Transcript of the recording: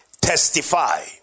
testify